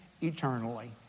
eternally